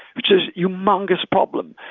which is humungous problem.